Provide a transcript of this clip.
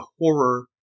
horror